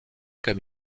comme